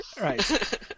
right